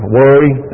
worry